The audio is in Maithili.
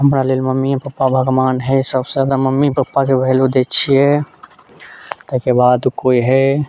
हमरा लेल मम्मीए पप्पा भगवान हय सबसे जादा मम्मी पप्पाके वैल्यू दय छियै ओहिके बाद कोइ हय